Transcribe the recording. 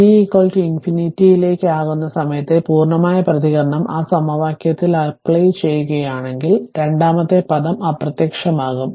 t ∞ ലേക്ക് ആകുന്ന സമയത്തെ പൂർണ്ണമായ പ്രതികരണം ആ സമവാക്യത്തിൽ അപ്ലൈ ചെയ്യുകയാണെങ്കിൽ രണ്ടാമത്തെ പദം അപ്രത്യക്ഷമാകും